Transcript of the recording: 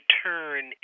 turn